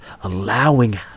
allowing